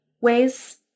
ways